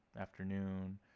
afternoon